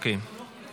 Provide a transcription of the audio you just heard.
התקבלה